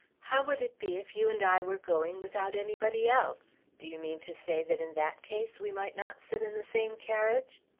how would it be if you and i were going without anybody else? do you mean to say that in that case we might not sit in the same carriage?